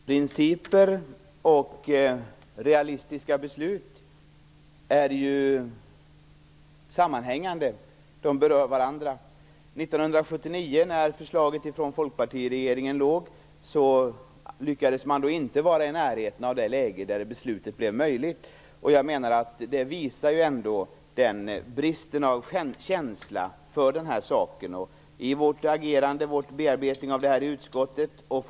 Herr talman! Principer och realistiska beslut är ju sammanhängande. De berör varandra. 1979, när förslaget från Folkpartiregeringen förelåg lyckades man inte vara i närheten av det läge där beslutet blev möjligt. Jag menar att det ändå visar bristen på känsla för den här saken. I vårt agerande, vid vår bearbetning i utskottet av bl.a.